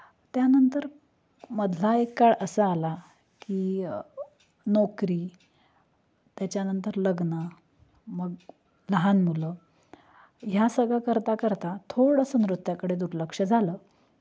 त्यानंतर मधला एक काळ असा आला की नोकरी त्याच्यानंतर लग्न मग लहान मुलं ह्या सगळं करता करता थोडंसं नृत्याकडे दुर्लक्ष झालं